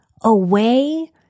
away